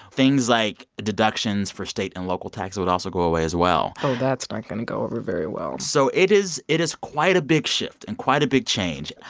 things like deductions for state and local taxes would also go away as well oh, that's not going to go over very well so it is it is quite a big shift and quite a big change.